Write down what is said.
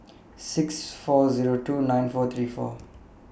six four two nine four three four